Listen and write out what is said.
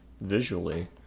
visually